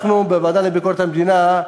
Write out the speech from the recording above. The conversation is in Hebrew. בוועדה לביקורת המדינה,